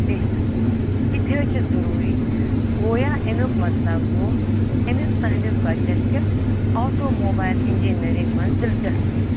بے شک بے شک اِتہِ حظ چھُ ضُروٗری گوٚو یا اَمیُک مطلب گوٚو أمِس تُہٕنٛدِس بَچَس چھِ آٹو موبایِل اِنجیٖنٔرِنٛگ منٛز دِلچسپی